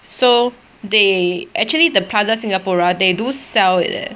so they actually the plaza singapura they do sell it leh